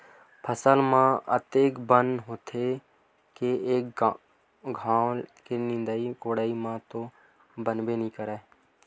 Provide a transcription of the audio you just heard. फसल म अतेक बन होथे के एक घांव के निंदई कोड़ई म तो बनबे नइ करय